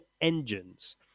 engines